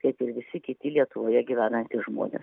kaip ir visi kiti lietuvoje gyvenantys žmonės